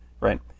right